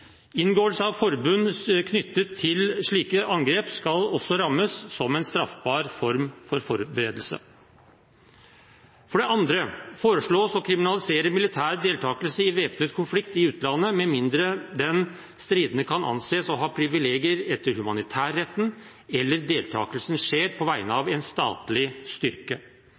Inngåelse av forbund knyttet til slike angrep skal også rammes som en straffbar form for forberedelse. For det andre foreslås det å kriminalisere militær deltakelse i væpnet konflikt i utlandet, med mindre den stridende kan anses for å ha privilegier etter humanitærretten, eller deltakelsen skjer på vegne av en statlig styrke.